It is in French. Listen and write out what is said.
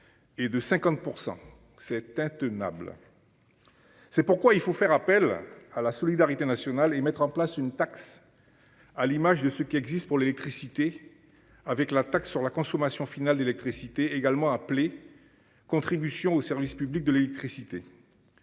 Et de 50%. C'est intenable. C'est pourquoi il faut faire appel à la solidarité nationale et mettre en place une taxe. À l'image de ce qui existe pour l'électricité avec la taxe sur la consommation finale d'électricité, également appelée. Contribution au service public de l'électricité.